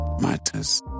matters